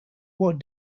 what